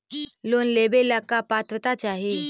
Loan लेवेला का पात्रता चाही?